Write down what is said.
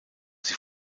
sie